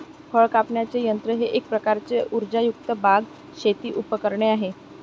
फळ कापण्याचे यंत्र हे एक प्रकारचे उर्जायुक्त बाग, शेती उपकरणे आहे